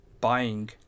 buying